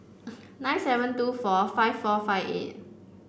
nine seven two four five four five eight